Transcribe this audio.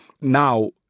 now